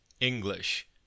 English